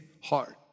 heart